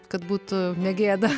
kad būtų negėda